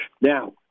Now